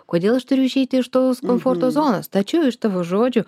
kodėl aš turiu išeiti iš tos komforto zonos tačiau iš tavo žodžių